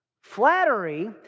Flattery